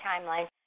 timeline